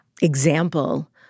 example